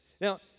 Now